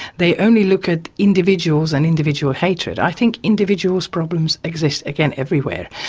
they only look at individuals and individual hatred. i think individuals problems exist, again, everywhere,